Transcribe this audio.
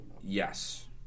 yes